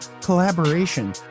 collaboration